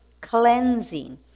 cleansing